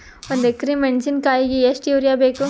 ಒಂದ್ ಎಕರಿ ಮೆಣಸಿಕಾಯಿಗಿ ಎಷ್ಟ ಯೂರಿಯಬೇಕು?